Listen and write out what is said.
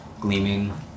gleaming